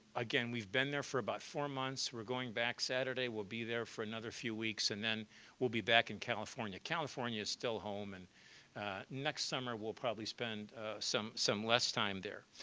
again, we've been there for about four months. we're going back saturday. we'll be there for another few weeks and then we'll be back in california. california is still home and next summer we'll probably spend some some less time there.